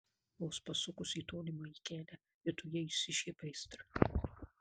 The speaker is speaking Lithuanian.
vos pasukus į tolimąjį kelią viduje įsižiebia aistra